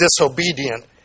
disobedient